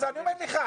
אז אני אומר לך,